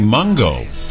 Mungo